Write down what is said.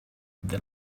then